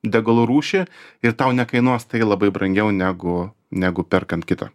degalų rūšį ir tau nekainuos tai labai brangiau negu negu perkant kitą